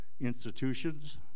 institutions